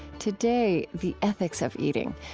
today, the ethics of eating,